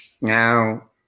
Now